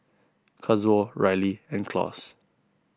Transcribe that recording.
Kazuo Riley and Claus